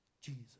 Jesus